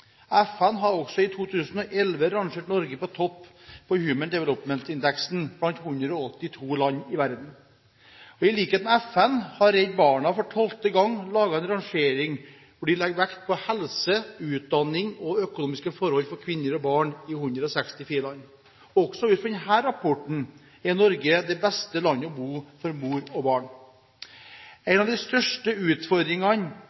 FN har også i 2011 rangert Norge på topp på «Human Development Index» blant 182 land i verden. I likhet med FN har Redd Barna for tolvte gang laget en rangering hvor de legger vekt på helse, utdanning og økonomiske forhold for kvinner og barn i 164 land. Også ut fra den rapporten er Norge det beste landet å bo i for mor og barn.